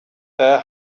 their